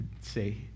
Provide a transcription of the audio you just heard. say